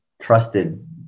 trusted